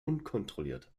unkontrolliert